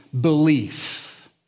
belief